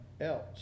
else